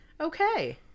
Okay